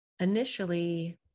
Initially